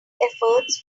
efforts